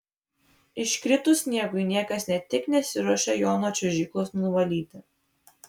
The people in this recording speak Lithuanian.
iškritus sniegui niekas ne tik nesiruošia jo nuo čiuožyklos nuvalyti